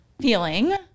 feeling